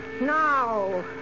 Now